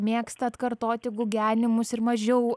mėgsta atkartoti gugenimus ir mažiau